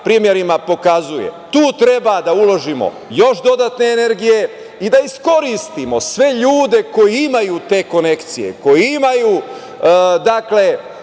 primerima pokazuje. Tu treba da uložimo još dodatne energije i da iskoristimo sve ljude koji imaju te konekcije, koji imaju